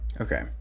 Okay